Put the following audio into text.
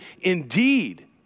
indeed